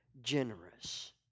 generous